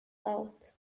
out